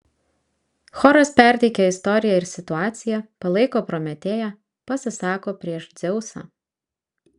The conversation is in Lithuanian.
choras perteikia istoriją ir situaciją palaiko prometėją pasisako prieš dzeusą